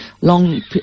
long